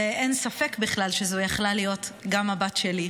אין ספק שזאת יכלה להיות גם הבת שלי.